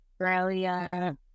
Australia